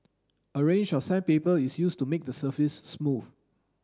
a range of sandpaper is used to make the surface smooth